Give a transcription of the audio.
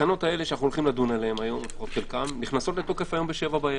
התקנות האלה שאנו הולכים לדון בהן היום נכנסות לתוקף היום ב-19:00.